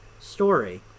Story